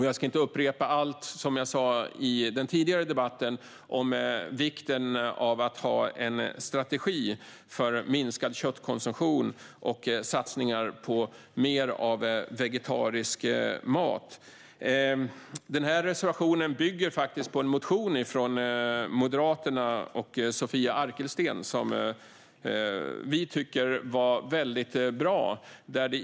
Jag ska inte upprepa allt som jag sa i den tidigare debatten om vikten av att ha en strategi för minskad köttkonsumtion och satsningar på mer av vegetarisk mat. Den här reservationen bygger faktiskt på en motion från Moderaterna och Sofia Arkelsten som vi tycker är väldigt bra.